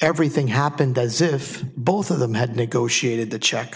everything happened as if both of them had negotiated the check